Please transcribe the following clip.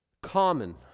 common